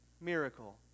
miracle